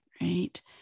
right